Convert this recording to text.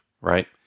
right